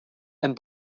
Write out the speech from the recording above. and